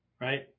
right